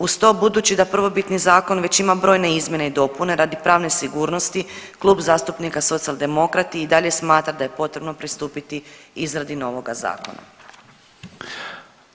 Uz to, budući da prvobitni zakon već ima brojne izmjene i dopune radi pravne sigurnosti, Klub zastupnika socijaldemokrati i dalje smatra da je potrebno pristupiti izradi novoga zakona.